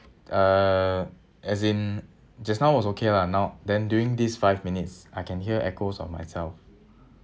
uh as in just now was okay lah now then during this five minutes I can hear echoes of myself